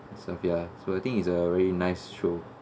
that stuff ya so I think it's a very nice show